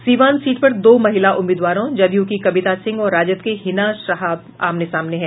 Siwan seat पर दो महिला उम्मीदवारों जदयू की कविता सिंह और राजद की हिना शहाब आमने सामने हैं